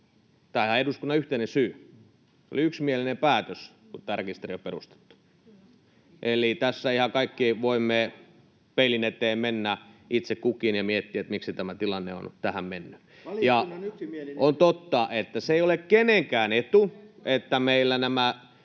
tämähän on eduskunnan yhteinen syy. Se oli yksimielinen päätös, kun tämä rekisteri perustettiin. Eli ihan kaikki, itse kukin, voimme peilin eteen mennä ja miettiä, miksi tämä tilanne on tähän mennyt. On totta, että se ei ole kenenkään etu, että meillä nämä